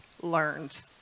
learned